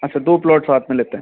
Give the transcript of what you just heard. अच्छा दो प्लॉट साथ में लेते हैं